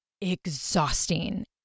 exhausting